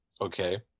okay